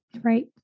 Right